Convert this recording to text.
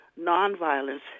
nonviolence